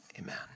amen